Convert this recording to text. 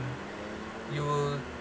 you will